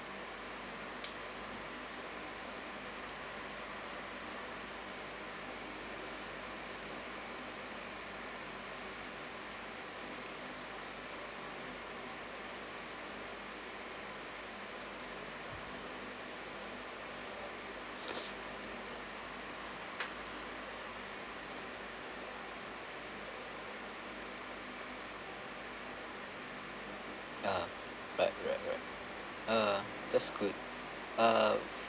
ya right right right uh that's good